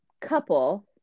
couple